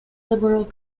liberal